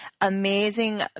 amazing